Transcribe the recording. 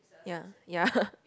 ya ya